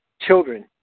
children